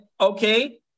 okay